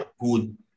good